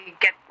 get